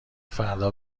فردا